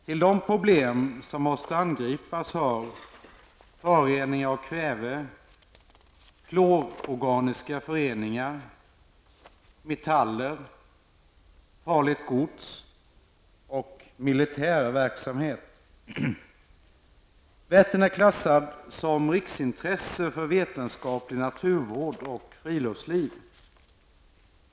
Till de problem som måste angripas hör föroreningar av kväve, klororganiska föreningar, metaller, farligt gods och militär verksamhet. Vättern är klassad som riksintresse för vetenskaplig naturvård och friluftsliv.